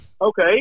Okay